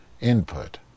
Input